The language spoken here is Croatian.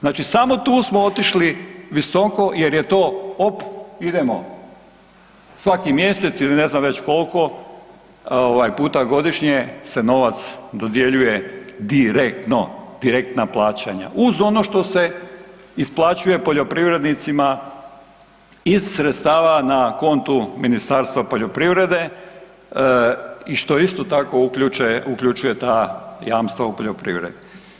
Znači samo tu smo otišli visoko jer je to op idemo, svaki mjesec ili ne znam već kolko ovaj puta godišnje se novac dodjeljuje direktno direktna plaćanja uz ono što se isplaćuje poljoprivrednicima iz sredstava na kontu Ministarstva poljoprivrede i što isto tako, uključuje ta jamstva u poljoprivredi.